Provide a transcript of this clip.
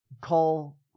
call